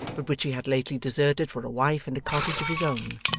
but which he had lately deserted for a wife and a cottage of his own,